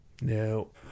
no